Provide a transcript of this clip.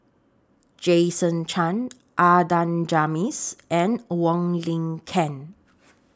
Jason Chan Adan Jimenez and Wong Lin Ken